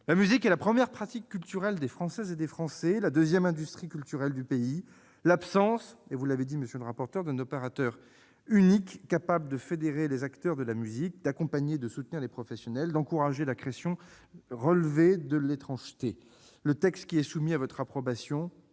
La musique est la première pratique culturelle des Françaises et des Français, la deuxième industrie culturelle du pays. L'absence d'un opérateur unique capable de fédérer les acteurs de la musique, d'accompagner et de soutenir les professionnels, d'encourager la création relevait de l'étrangeté. Le texte qui est soumis à votre approbation